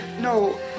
No